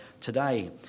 today